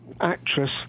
actress